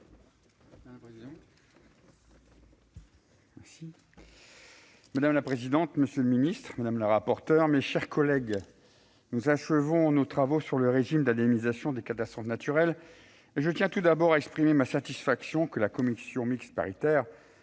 Madame la présidente, monsieur le ministre, mes chers collègues, nous achevons aujourd'hui nos travaux sur le régime d'indemnisation des catastrophes naturelles. Je tiens tout d'abord à exprimer ma satisfaction que la commission mixte paritaire,